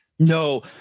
No